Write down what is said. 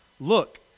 look